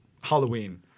Halloween